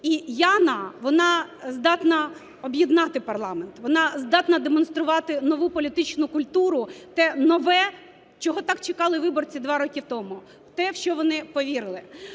І Яна, вона здатна об'єднати парламент, вона здатна демонструвати нову політичну культуру, те нове, чого так чекали виборці два роки тому, в те, що вони повірили.